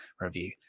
review